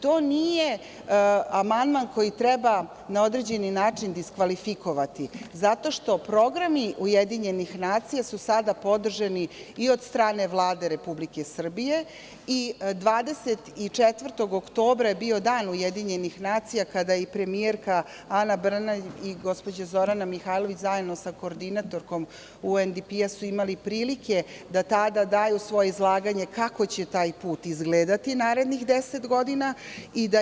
To nije amandman koji treba na određeni način diskvalifikovati zato što programi UN su sada podržani i od strane Vlade Republike Srbije i 24. oktobra je bio dan UN kada je premijerka Ana Brnabić i gospođa Zorana Mihajlović, zajedno sa koordinatorkom UNDP su imali prilike da tada daju svoje izlaganje kako će taj put izgledati narednih 10 godina.